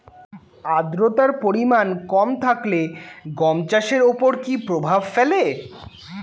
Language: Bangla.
আদ্রতার পরিমাণ কম থাকলে গম চাষের ওপর কী প্রভাব ফেলে?